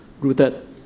rooted